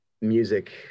music